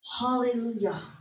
Hallelujah